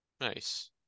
nice